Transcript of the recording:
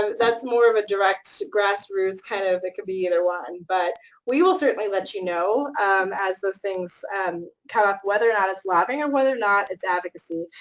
so that's more of a direct, grassroots, kind of it could be either one, but we will certainly let you know as those things come up whether or not it's lobbying or whether or not it's advocacy.